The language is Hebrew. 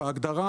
"בהגדרה